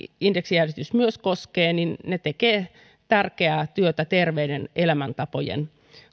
indeksijäädytys myös koskee tekevät tärkeää työtä terveiden elämäntapojen